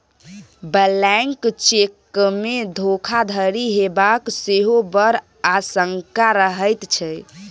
blank चेकमे धोखाधड़ी हेबाक सेहो बड़ आशंका रहैत छै